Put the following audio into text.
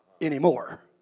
anymore